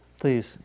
Please